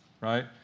right